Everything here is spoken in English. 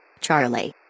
Charlie